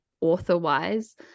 author-wise